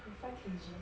forty five K_G